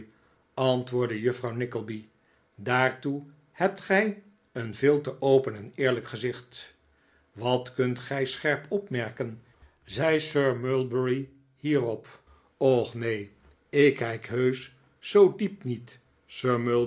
antwoordde juffrouw nickleby daartoe hebt gij een veel te open en eerlijk gezicht wat kunt gij scherp opmerken zei sir mulberry hierop och neen ik kijk heusch zoo diep niet